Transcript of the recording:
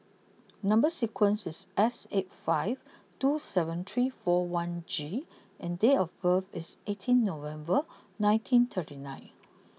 number sequence is S eight five two seven three four one G and date of birth is eighteen November nineteen thirty nine